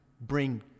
bring